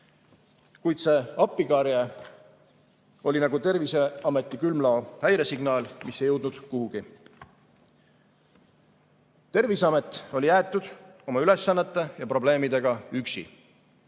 Kuid see appikarje oli nagu Terviseameti külmlao häiresignaal, mis ei jõudnud kuhugi. Terviseamet oli jäetud oma ülesannete ja probleemidega üksi.